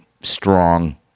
strong